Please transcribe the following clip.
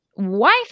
Wife